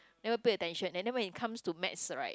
never pay attention and then when it comes to maths right